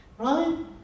Right